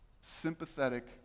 Sympathetic